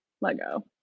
Lego